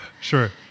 sure